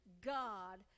God